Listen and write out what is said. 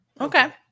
Okay